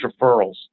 referrals